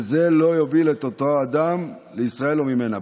וזה לא יוביל את אותו אדם לישראל או ממנה.